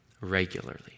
regularly